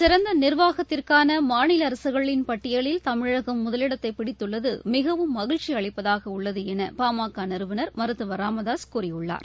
சிறந்த நிர்வாகத்திற்கான மாநில அரசுகளின் பட்டியலில் தமிழகம் முதலிடத்தை பிடித்துள்ளது மிகவும் மகிழ்ச்சி அளிப்பதாக உள்ளது என பாமக நிறுவனர் மருத்துவர் ச ராமதாசு கூறியுள்ளார்